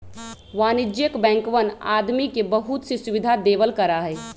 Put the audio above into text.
वाणिज्यिक बैंकवन आदमी के बहुत सी सुविधा देवल करा हई